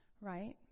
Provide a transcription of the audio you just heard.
right